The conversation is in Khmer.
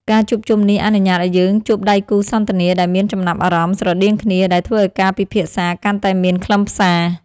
ការជួបជុំនេះអនុញ្ញាតឱ្យយើងជួបដៃគូសន្ទនាដែលមានចំណាប់អារម្មណ៍ស្រដៀងគ្នា ដែលធ្វើឱ្យការពិភាក្សាកាន់តែមានខ្លឹមសារ។